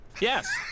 Yes